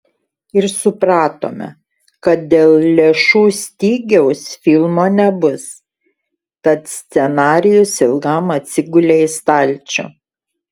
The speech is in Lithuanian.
ir supratome kad dėl lėšų stygiaus filmo nebus tad scenarijus ilgam atsigulė į stalčių